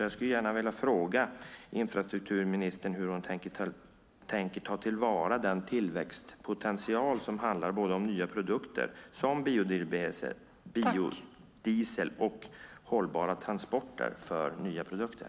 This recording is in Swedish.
Jag skulle gärna vilja fråga infrastrukturministern hur hon tänker ta till vara den tillväxtpotential som handlar om både nya produkter, som biodiesel, och hållbara transporter för nya produkter.